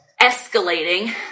escalating